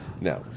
No